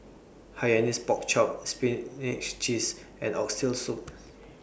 Hainanese Pork Chop Spinach Cheese and Oxtail Soup